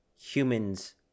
humans